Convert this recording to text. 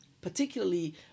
particularly